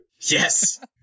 Yes